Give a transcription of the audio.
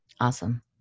Awesome